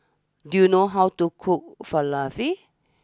do you know how to cook Falafel